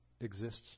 exists